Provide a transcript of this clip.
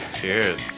Cheers